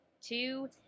two